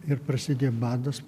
ir prasidėjo badas